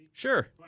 Sure